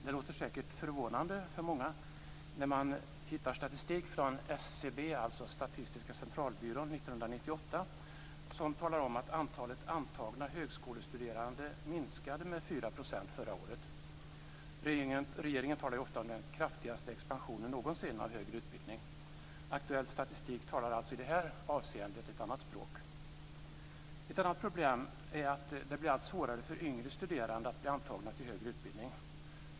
Det låter säkert förvånande för många när man hittar statistik från Statistiska centralbyrån, SCB, 1998 som visar att antalet antagna högskolestuderande minskade med 4 % förra året. Regeringen talar ofta om den kraftigaste expansionen någonsin av högre utbildning. Aktuell statistik talar alltså i det avseendet ett annat språk. Ett annat problem är att det blir allt svårare för yngre studerande att bli antagna till högre utbildning.